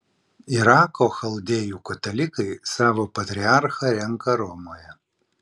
irako chaldėjų katalikai savo patriarchą renka romoje